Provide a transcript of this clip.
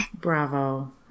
Bravo